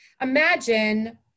imagine